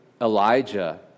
Elijah